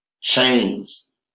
chains